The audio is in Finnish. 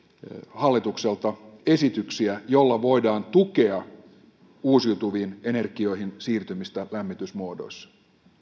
hallitukselta esityksiä joilla voidaan tukea uusiutuviin energioihin siirtymistä lämmitysmuodoissa